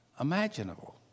imaginable